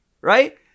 right